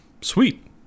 Sweet